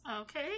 Okay